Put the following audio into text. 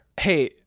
Hey